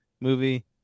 movie